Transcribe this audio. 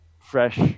fresh